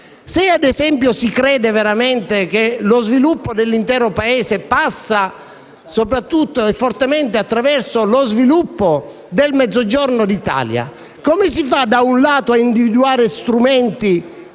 Se si crede veramente che lo sviluppo dell'intero Paese passi soprattutto e fortemente attraverso lo sviluppo del Mezzogiorno d'Italia, come si fa da un lato a individuare strumenti